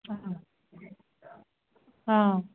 অ অ